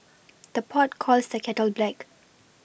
the pot calls the kettle black